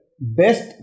best